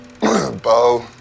Bo